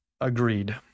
Agreed